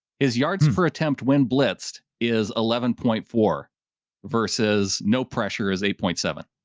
is yards for attempt. when blitzed is eleven point four versus no pressure is eight point seven.